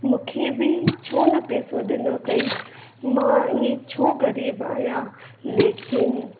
मूंखे बि छो न पैसो ॾिनो अथईं मां ईअं छो ग़रीब आहियां लेकिन